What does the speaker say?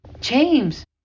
James